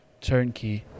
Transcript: turnkey